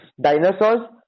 dinosaurs